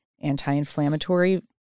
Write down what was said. anti-inflammatory